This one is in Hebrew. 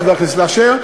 חבר הכנסת אשר,